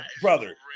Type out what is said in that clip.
brother